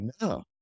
no